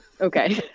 okay